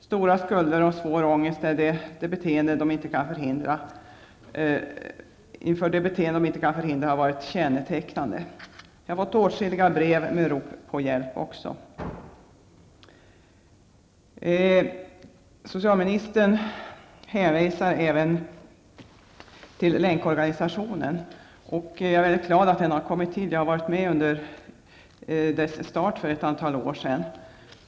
Stora skulder och svår ångest inför det beteende de inte kan förhindra har varit kännetecknande. Jag har även fått åtskilliga brev med rop på hjälp. Socialministern hänvisar också till länkorganisationen. Jag är glad att den har kommit till -- jag var med vid dess start för ett antal år sedan.